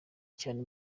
cyane